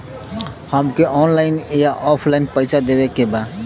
हमके ऑनलाइन या ऑफलाइन पैसा देवे के बा?